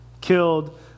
killed